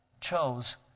chose